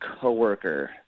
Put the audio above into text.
coworker